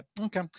Okay